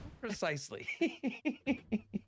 precisely